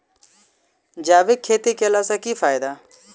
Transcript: जैविक खेती केला सऽ की फायदा?